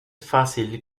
fácil